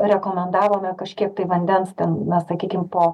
rekomendavome kažkiek tai vandens ten na sakykim po